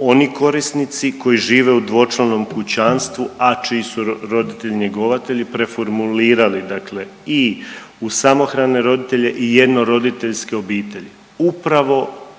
oni korisnici koji žive u dvočlanom kućanstvu, a čiji su roditelji njegovatelji preformulirali dakle i u samohrane roditelje i jedno roditeljske obitelji upravo